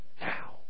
now